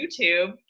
youtube